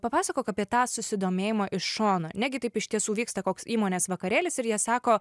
papasakok apie tą susidomėjimą iš šono negi taip iš tiesų vyksta koks įmonės vakarėlis ir jie sako